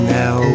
now